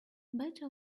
better